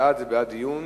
בעד זה בעד דיון